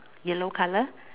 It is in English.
yellow color